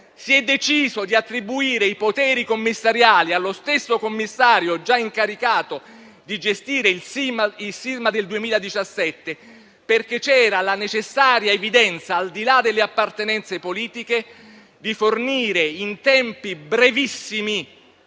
si è deciso di attribuire i poteri commissariali allo stesso Commissario già incaricato di gestire il sisma del 2017, perché c'era la necessaria evidenza, al di là delle appartenenze politiche, di fornire in tempi brevissimi,